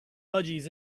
budgies